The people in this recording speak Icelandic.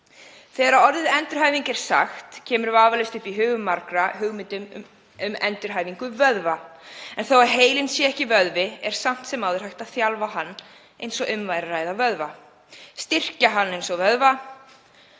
Þegar orðið endurhæfing er sagt kemur vafalaust upp í hugum margra hugmynd um endurhæfingu vöðva. En þótt heilinn sé ekki vöðvi er samt sem áður hægt að þjálfa hann eins og um væri að ræða vöðva, styrkja hann eins og vöðva